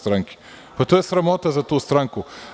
To je sramota za tu stranku.